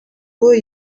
were